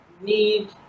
need